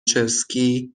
چسکی